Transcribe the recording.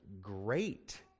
Great